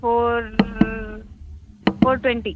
four four twenty